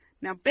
Now